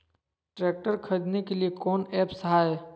Tractor खरीदने के लिए कौन ऐप्स हाय?